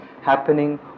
happening